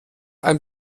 ein